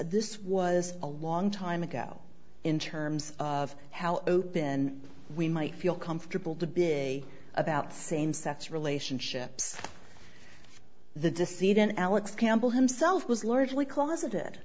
this was a long time ago in terms of how open we might feel comfortable to be about same sex relationships the deceit and alex campbell himself was largely closeted